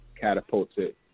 catapulted